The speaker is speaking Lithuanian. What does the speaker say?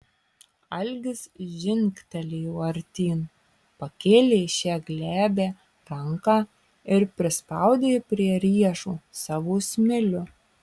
algis žingtelėjo artyn pakėlė šią glebią ranką ir prispaudė prie riešo savo smilių